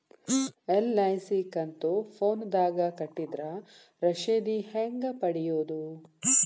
LIC ಕಂತು ಫೋನದಾಗ ಕಟ್ಟಿದ್ರ ರಶೇದಿ ಹೆಂಗ್ ಪಡೆಯೋದು?